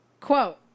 Quote